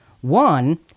One